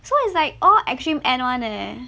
so it's like all extreme end [one] leh